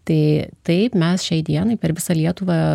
tai taip mes šiai dienai per visą lietuvą